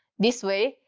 this way,